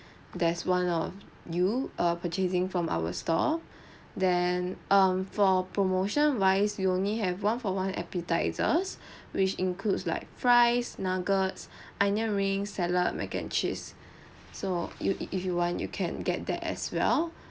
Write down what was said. there's one of you are purchasing from our store then um for promotion wise you only have one for one appetizers which includes like fries nuggets onion ring salad mac and cheese so you if you want you can get that as well